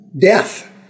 Death